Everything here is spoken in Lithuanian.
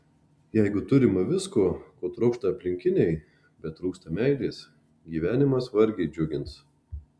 jeigu turima visko ko trokšta aplinkiniai bet trūksta meilės gyvenimas vargiai džiugins